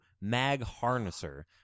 mag-harnesser